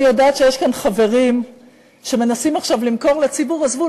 אני יודעת שיש כאן חברים שמנסים עכשיו למכור לציבור: עזבו,